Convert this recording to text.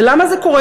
ולמה זה קורה?